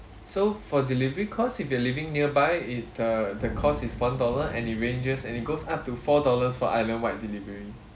so for delivery cost if you are living nearby it uh the cost is one dollar and it ranges and it goes up to four dollars for islandwide delivery